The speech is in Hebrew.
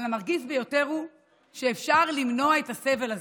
אבל המרגיז ביותר הוא שאפשר למנוע את הסבל הזה.